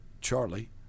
Charlie